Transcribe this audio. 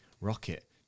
Rocket